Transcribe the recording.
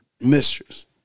mistress